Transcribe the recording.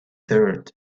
third